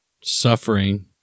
suffering